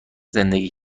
زندگی